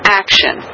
action